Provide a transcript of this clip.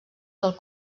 del